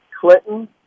Clinton